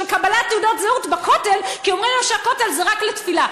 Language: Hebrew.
קבלת תעודות זהות בכותל כי אומרים להם שהכותל זה רק לתפילה.